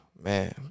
Man